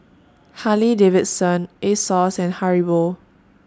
Harley Davidson Asos and Haribo